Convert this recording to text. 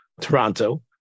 Toronto